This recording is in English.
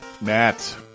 Matt